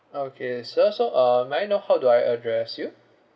okay sir so uh may I know how do I address you